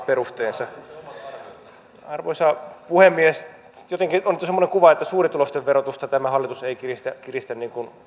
perusteensa arvoisa puhemies jotenkin on annettu semmoinen kuva että suurituloisten verotusta tämä hallitus ei kiristä kiristä